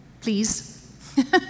please